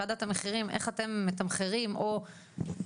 וועדת המחירים איך אתם מתמחרים או,